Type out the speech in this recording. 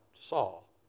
Saul